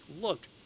look